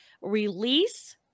release